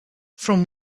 from